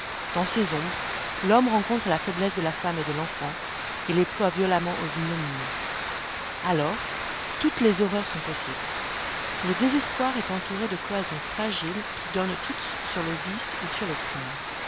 dans ces ombres l'homme rencontre la faiblesse de la femme et de l'enfant et les ploie violemment aux ignominies alors toutes les horreurs sont possibles le désespoir est entouré de cloisons fragiles qui donnent toutes sur le vice ou sur le crime